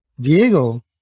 Diego